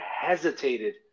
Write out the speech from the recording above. hesitated